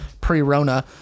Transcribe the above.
pre-Rona